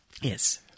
Yes